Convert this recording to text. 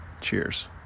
Cheers